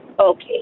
Okay